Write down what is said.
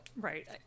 Right